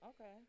Okay